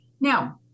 now